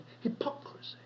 Hypocrisy